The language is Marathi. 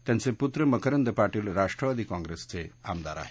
त्यांचे पुत्र मकरंद पाटील राष्ट्रवादी काँग्रेसचे आमदार आहेत